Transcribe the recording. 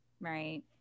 Right